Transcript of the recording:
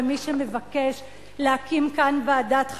ומי שמבקש להקים כאן ועדת חקירה,